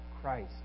Christ